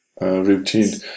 routine